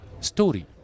story